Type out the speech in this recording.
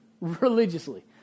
religiously